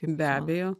be abejo